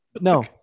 No